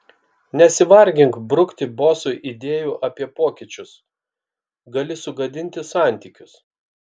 nesivargink brukti bosui idėjų apie pokyčius gali sugadinti santykius